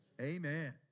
amen